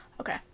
Okay